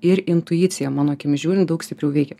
ir intuicija mano akimis žiūrint daug stipriau veikia